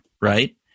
right